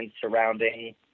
surrounding